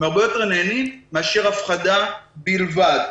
הם הרבה יותר נענים מאשר הפחדה בלבד.